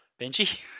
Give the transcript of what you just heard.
Benji